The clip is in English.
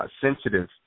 sensitive